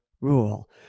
rule